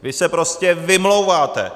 Vy se prostě vymlouváte!